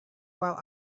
while